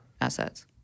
assets